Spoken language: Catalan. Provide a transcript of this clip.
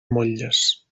motlles